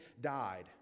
died